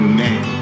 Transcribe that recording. name